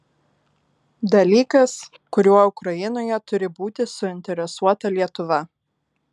dalykas kuriuo ukrainoje turi būti suinteresuota lietuva